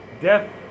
death